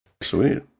Sweet